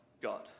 God